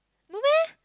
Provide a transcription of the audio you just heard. no meh